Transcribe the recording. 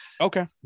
Okay